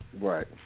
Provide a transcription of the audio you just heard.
Right